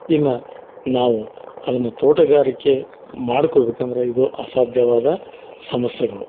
ಇನ್ನು ನಾವು ಅದನ್ನು ತೋಟಗಾರಿಕೆ ಮಾಡ್ಕೊಬೇಕಂದ್ರೆ ಇದು ಅಸಾಧ್ಯವಾದ ಸಮಸ್ಯೆಗಳು